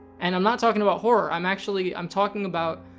and, i'm not talking about horror, i'm actually i'm talking about.